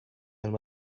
and